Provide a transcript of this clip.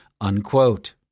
unquote